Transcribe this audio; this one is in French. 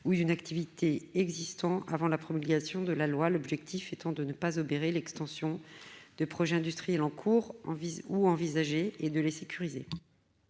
ou d'une activité existant avant la promulgation de la présente loi, l'objectif étant de ne pas empêcher l'extension de projets industriels en cours ou à venir, et de les sécuriser.